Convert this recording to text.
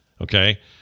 okay